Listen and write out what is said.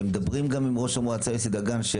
מדברים גם עם ראש המועצה יוסי דגן.